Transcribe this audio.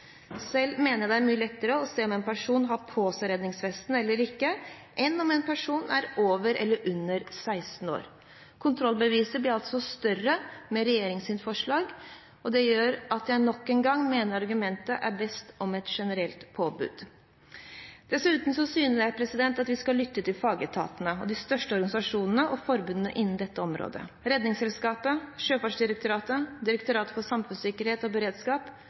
Selv mener jeg det er mye lettere å se om en person har på seg redningsvest eller ikke, enn om personen er over eller under 16 år. Kontrollbehovet blir altså større med regjeringens forslag, og det gjør at jeg nok en gang mener argumentene er best for et generelt påbud. Dessuten synes jeg at vi skal lytte til fagetatene og de største organisasjonene og forbundene innen dette området: Redningsselskapet, Sjøfartsdirektoratet, Direktoratet for samfunnssikkerhet og beredskap,